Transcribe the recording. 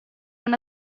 una